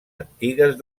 antigues